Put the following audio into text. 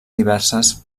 diverses